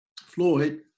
Floyd